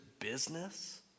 business